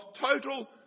total